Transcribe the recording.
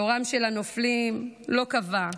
אורם של הנופלים לא כבה,